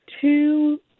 two